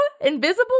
invisible